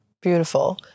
beautiful